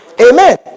Amen